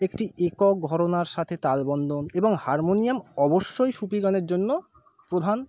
একটি একক ঘরানার সাথে তাল বন্ধন এবং হারমোনিয়াম অবশ্যই সুফি গানের জন্য প্রধান